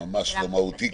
ממש לא מהותי,